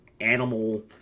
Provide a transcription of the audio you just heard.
animal